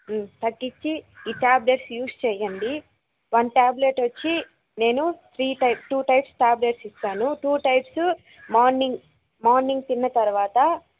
తగ్గించి ఈ tablets use చేయండి వన్ టాబ్లెటొచ్చి నేను three type two types tablets ఇచ్చాను టూ టైప్సు మార్నింగ్ మార్నింగ్ తిన్న తరువాత